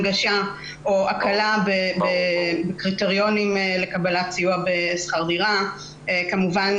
הנגשה או הקלה בקריטריונים לקבלת סיוע בשכר דירה וכמובן,